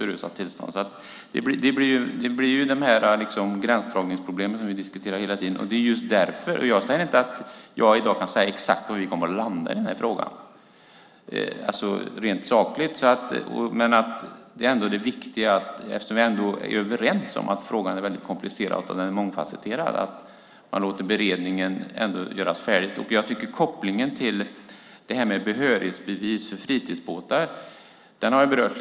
Det blir gränsdragningsproblem, som vi diskuterar hela tiden. Jag kan inte i dag säga exakt var vi kommer att landa i frågan rent sakligt. Eftersom vi ändå är överens om att frågan är komplicerad och mångfasetterad är det viktiga att man låter beredningen bli färdig. Kopplingen till behörighetsbevis för fritidsbåtar har berörts.